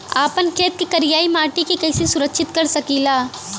आपन खेत के करियाई माटी के कइसे सुरक्षित रख सकी ला?